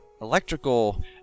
electrical